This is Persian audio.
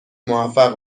موفق